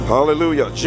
Hallelujah